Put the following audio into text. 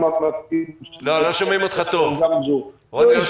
לא, רוני, זה לא